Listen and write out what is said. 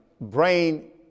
brain